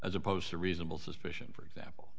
as opposed to reasonable suspicion for example